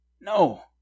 No